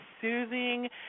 soothing